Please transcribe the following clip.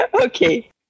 okay